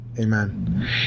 Amen